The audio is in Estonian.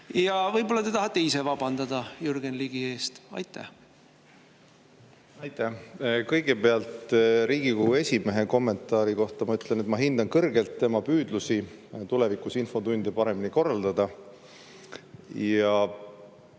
Võib-olla te tahate ise vabandada Jürgen Ligi eest? Aitäh! Kõigepealt, Riigikogu esimehe kommentaari kohta ma ütlen, et ma hindan kõrgelt tema püüdlusi tulevikus infotundi paremini korraldada.